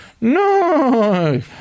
No